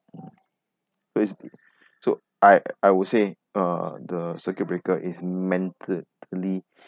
basically so I I would say uh the circuit breaker is mentally